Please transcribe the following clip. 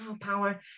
Power